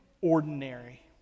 ordinary